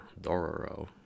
Dororo